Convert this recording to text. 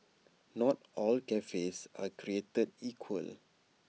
not all cafes are created equal